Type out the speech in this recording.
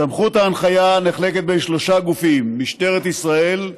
סמכות ההנחיה נחלקת בין שלושה גופים: משטרת ישראל,